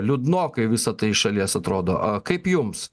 liūdnokai visa tai iš šalies atrodo a kaip jums